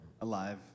Alive